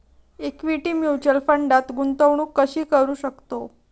Equity mutual फंडात गुंतवणूक कशी करू शकतो?